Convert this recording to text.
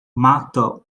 mata